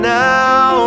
now